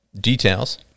details